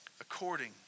According